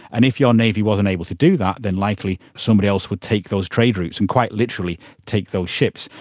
and if your navy wasn't able to do that, then likely somebody else would take those trade routes and quite literally take those ships.